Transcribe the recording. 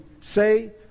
say